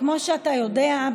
כמו שאתה יודע,